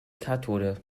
kathode